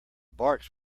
barks